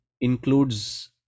includes